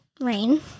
rain